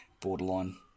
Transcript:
borderline